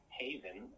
haven